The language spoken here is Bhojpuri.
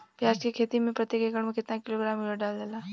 प्याज के खेती में प्रतेक एकड़ में केतना किलोग्राम यूरिया डालल जाला?